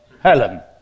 helen